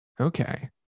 Okay